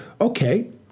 okay